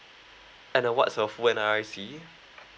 and uh what's your full N_R_I_C